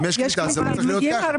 אם יש קליטה זה לא צריך להיות ככה.